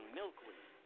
milkweed